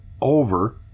over